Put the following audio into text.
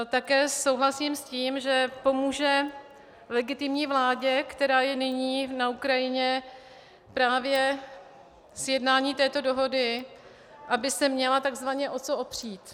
Také souhlasím s tím, že pomůže legitimní vládě, která je nyní na Ukrajině, právě sjednání této dohody, aby se měla takzvaně o co opřít.